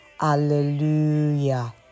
Hallelujah